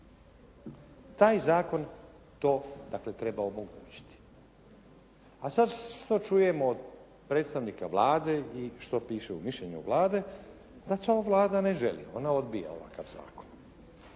Taj zakon to dakle treba omogućiti. A sad što čujemo od predstavnika Vlade i što piše u mišljenju Vlade da to Vlada ne želi. Ona odbija ovakav zakon.